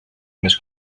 més